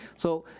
so,